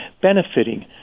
benefiting